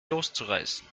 loszureißen